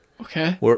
Okay